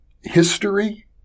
history